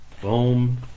Boom